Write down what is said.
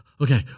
Okay